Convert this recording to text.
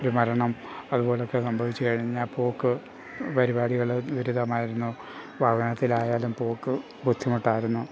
ഒരു മരണം അതുപോലെയൊക്കെ സംഭവിച്ചു കഴിഞ്ഞാൽ പോക്ക് പരിപാടികൾ വിരളമായിരുന്നു വാഹനത്തിലായാലും പോക്ക് ബുദ്ധിമുട്ടായിരുന്നു